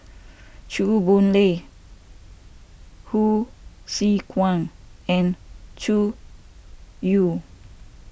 Chew Boon Lay Hsu Tse Kwang and Zhu You